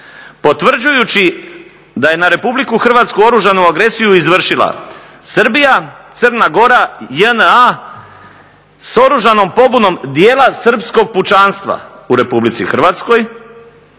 "potvrđujući da je na Republiku Hrvatsku oružanu agresiju izvršila Srbija, Crna Gora, JNA, s oružanom pobunom dijela srpskog pučanstva u Republici Hrvatskoj",